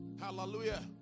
Hallelujah